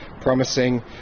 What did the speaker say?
promising